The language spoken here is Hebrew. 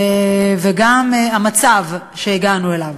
וגם המצב שהגענו אליו.